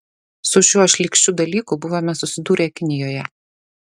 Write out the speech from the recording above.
su šiuo šlykščiu dalyku buvome susidūrę kinijoje